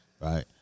Right